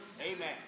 Amen